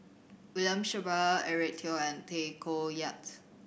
William Shellabear Eric Teo and Tay Koh Yat